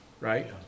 right